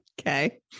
Okay